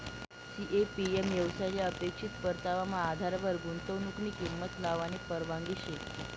CAPM येवसायले अपेक्षित परतावाना आधारवर गुंतवनुकनी किंमत लावानी परवानगी शे